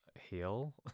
heal